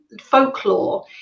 folklore